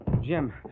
Jim